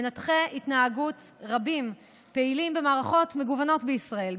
מנתחי התנהגות רבים פעילים במערכות מגוונות בישראל,